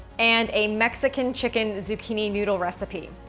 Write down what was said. and a mexican chicken zucchini noodle recipe,